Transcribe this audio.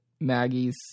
maggie's